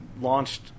launched